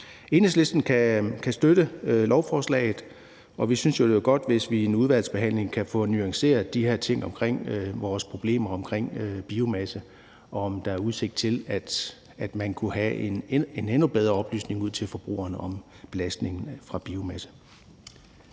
Enhedslisten kan støtte lovforslaget, og vi synes, at det vil være godt, hvis vi i en udvalgsbehandling kan få nuanceret de her ting omkring vores problemer med biomasse, og se på, om der er udsigt til, at man kunne have en endnu bedre oplysning til forbrugerne om belastningen fra biomasse.